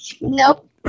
nope